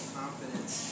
confidence